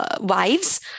wives